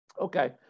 Okay